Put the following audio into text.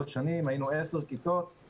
אני נאלץ הרבה פעמים להסכים אתך.